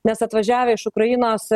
nes atvažiavę iš ukrainos